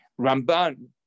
Ramban